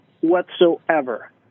whatsoever